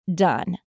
done